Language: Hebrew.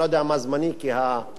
הוספתי לך דקה,